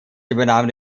übernahm